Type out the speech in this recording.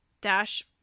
Dash